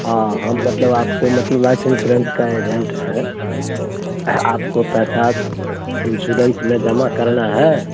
हाँ हम मतलब आपको मतलब लाइफ इन्सुरेंस का एजेंट हैं आपको पैसा इन्सुरेंस में जमा करना है